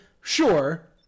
sure